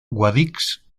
guadix